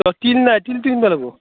অঁ তিল নাই তিল কিনিব লাগিব